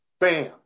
Bam